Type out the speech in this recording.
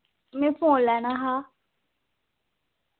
मै फोन लैना हा